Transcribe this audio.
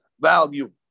value